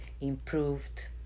improved